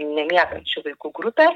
nemiegančių vaikų grupę